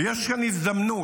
ויש כאן הזדמנות,